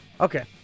Okay